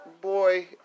Boy